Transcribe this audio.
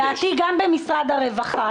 לדעתי גם במשרד הרווחה.